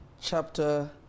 chapter